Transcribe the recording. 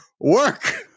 work